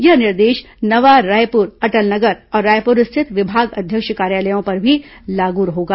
यह निर्देश नवा रायपुर अटल नगर और रायपुर स्थित विभागाध्यक्ष कार्यालयों पर भी लागू होगा